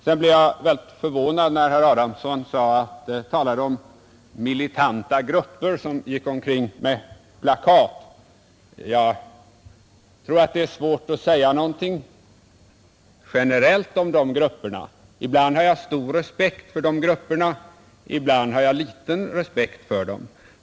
Jag blev väldigt förvånad när herr Adamsson talade om militanta grupper som gick omkring med plakat. Jag tror att det är svårt att säga någonting generellt om de grupperna. Ibland har jag stor respekt för dem, ibland har jag liten respekt för dem.